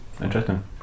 Interesting